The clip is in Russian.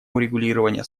урегулирования